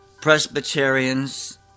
Presbyterians